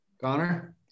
Connor